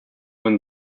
when